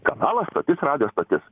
kanalo stotis radijo stotis